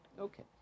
Okay